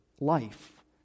life